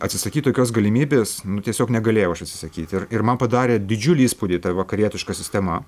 atsisakyt tokios galimybės nu tiesiog negalėjau aš atsisakyt ir ir man padarė didžiulį įspūdį ta vakarietiška sistema